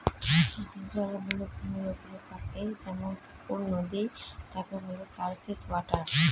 যে জল গুলো ভূমির ওপরে থাকে যেমন পুকুর, নদী তাকে বলে সারফেস ওয়াটার